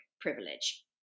privilege